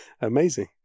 Amazing